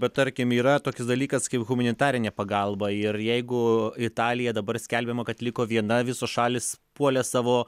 bet tarkim yra toks dalykas kaip humanitarinė pagalba ir jeigu italija dabar skelbiama kad liko viena visos šalys puolė savo